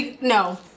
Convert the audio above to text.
no